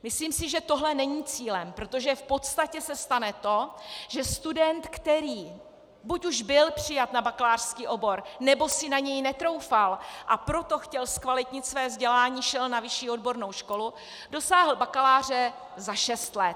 Myslím si, že tohle není cílem, protože v podstatě se stane to, že student, který buď už byl přijat na bakalářský obor, nebo si na něj netroufal, a proto chtěl zkvalitnit své vzdělání a šel na vyšší odbornou školu, dosáhl bakaláře za šest let.